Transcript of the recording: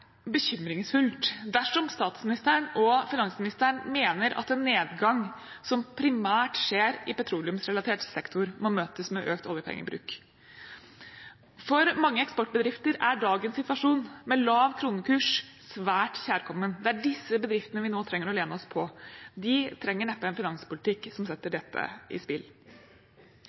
bekymringsfullt dersom statsministeren og finansministeren mener at en nedgang som primært skjer i petroleumsrelatert sektor, må møtes med økt oljepengebruk. For mange eksportbedrifter er dagens situasjon, med lav kronekurs, svært kjærkommen. Det er disse bedriftene vi nå trenger å lene oss på. De trenger neppe en finanspolitikk som setter